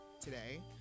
today